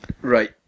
Right